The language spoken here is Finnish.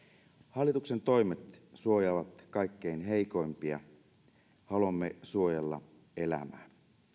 hallituksen toimet suojaavat kaikkein heikoimpia haluamme suojella elämää